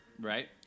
Right